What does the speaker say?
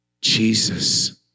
Jesus